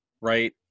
right